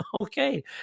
Okay